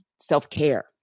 self-care